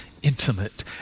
intimate